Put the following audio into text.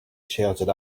shouted